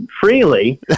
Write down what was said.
freely